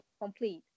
complete